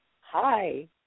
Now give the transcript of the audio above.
Hi